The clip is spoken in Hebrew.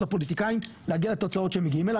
לפוליטיקאים להגיע לתוצאות שמגיעים אליה,